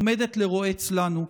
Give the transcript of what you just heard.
עומדת לרועץ לנו.